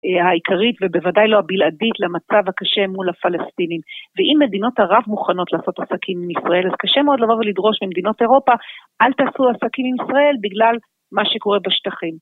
העיקרית, ובוודאי לא הבלעדית, למצב הקשה מול הפלסטינים. ואם מדינות ערב מוכנות לעשות עסקים עם ישראל, אז קשה מאוד לבוא ולדרוש ממדינות אירופה, אל תעשו עסקים עם ישראל בגלל מה שקורה בשטחים.